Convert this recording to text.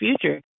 future